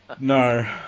No